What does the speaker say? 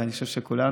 ואני חושב שכולנו,